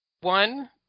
one